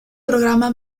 programa